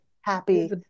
happy